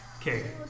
Okay